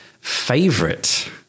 favorite